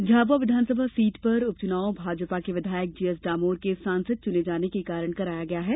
झाबुआ विधानसभा सीट पर उपचुनाव भाजपा के विधायक जीएस डामोर के सांसद चुने जाने के कारण कराया गया है